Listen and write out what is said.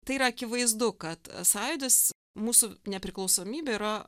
tai yra akivaizdu kad sąjūdis mūsų nepriklausomybė yra